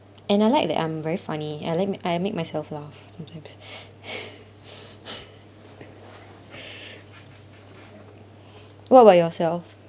and I like that I'm very funny I like I make myself laugh sometimes what about yourself